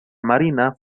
marina